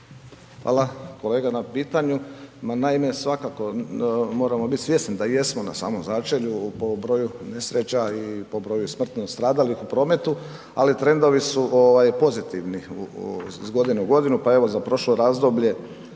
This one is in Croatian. Hvala kolega na pitanju. Naime, svakako moramo biti svjesni da i jesmo na samom začelju po broju nesreća i po broju smrtno stradalih u prometu ali trendovi su pozitivni iz godine u godinu. Pa evo za prošlo razdoblje,